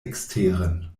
eksteren